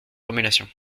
formulation